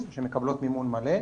שמקבלות מימון מלא,